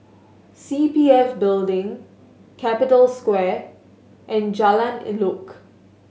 C P F Building Capital Square and Jalan Elok